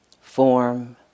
Form